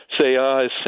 say